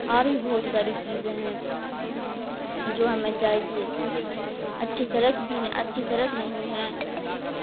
اور بھی بہت ساری چیزیں ہیں جو ہمیں چاہیے اچھی سڑک بھی اچھی سڑک نہیں ہے